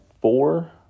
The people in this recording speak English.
four